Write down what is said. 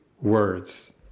words